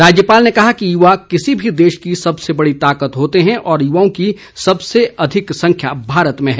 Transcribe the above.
राज्यपाल ने कहा कि युवा किसी भी देश की सबसे बड़ी ताकत होते हैं और युवाओं की सबसे ज्यादा संख्या भारत में है